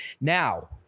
Now